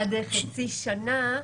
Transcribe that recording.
עד חצי שנה.